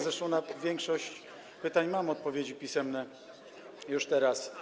Zresztą na większość pytań mam odpowiedzi pisemne już teraz.